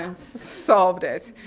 ah solved it.